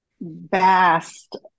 vast